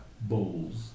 bowls